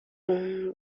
اون